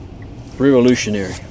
Revolutionary